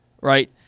Right